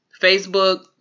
Facebook